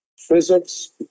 Physics